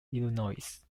illinois